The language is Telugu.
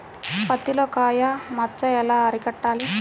పత్తిలో కాయ మచ్చ ఎలా అరికట్టాలి?